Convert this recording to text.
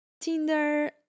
Tinder